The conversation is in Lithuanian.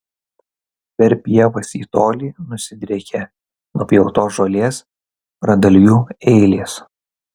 per pievas į tolį nusidriekė nupjautos žolės pradalgių eilės